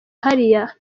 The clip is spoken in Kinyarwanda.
hariya